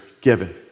given